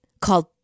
called